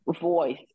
voice